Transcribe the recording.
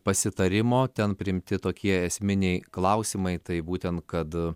pasitarimo ten priimti tokie esminiai klausimai tai būtent kad